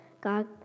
God